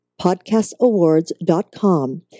podcastawards.com